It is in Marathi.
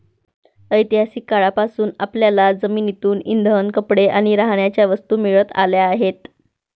ऐतिहासिक काळापासून आपल्याला जमिनीतून इंधन, कपडे आणि राहण्याच्या वस्तू मिळत आल्या आहेत